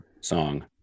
song